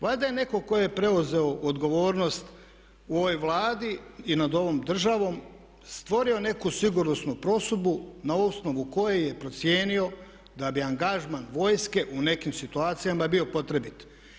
Valjda je netko tko je preuzeo odgovornost u ovoj Vladi i nad ovom državom stvorio neku sigurnosnu prosudbu na osnovu koje je procijenio da bi angažman vojske u nekim situacijama bio potrebit.